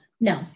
no